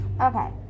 Okay